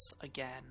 again